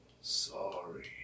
Sorry